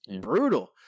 Brutal